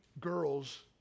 girls